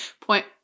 Point